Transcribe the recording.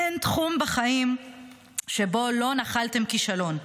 אין תחום בחיים שבו לא נחלתם כישלון,